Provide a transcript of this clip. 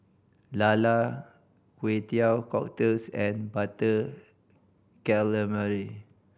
lala Kway Teow Cockles and Butter Calamari